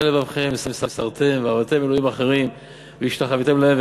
לבבכם וסרתם ועבדתם אלהים אחרים והשתחוִיתם להם.